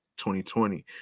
2020